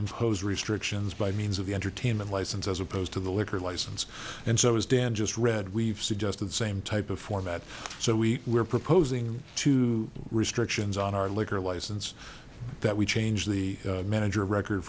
impose restrictions by means of entertainment license as opposed to the liquor license and so as dan just read we've suggested the same type of format so we are proposing to restrictions on our liquor license that we change the manager record